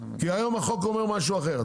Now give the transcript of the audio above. כי היום החוק אומר משהו אחר.